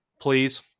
Please